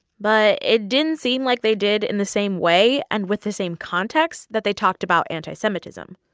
but it didn't seem like they did in the same way and with the same context that they talked about anti-semitism.